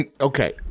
Okay